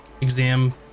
exam